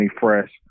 Fresh